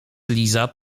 liza